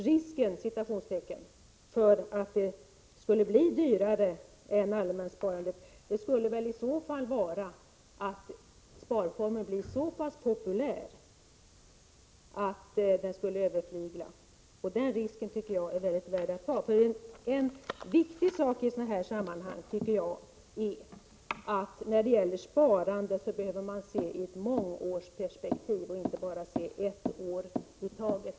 ”Risken” att det skulle bli dyrare än allemanssparandet skulle i så fall ligga i att sparformen blir alldeles för populär. Denna risk är värd att ta. En viktig sak i dessa sammanhang är att man behöver se sparandet i ett mångårigt perspektiv och inte bara ett år i taget.